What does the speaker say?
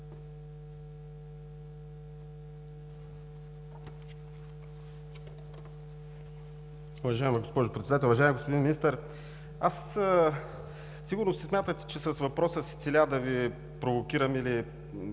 Уважаема госпожо Председател, уважаеми господин Министър! Сигурно смятате, че с въпроса си целя да Ви провокирам или по някакъв